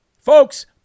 folks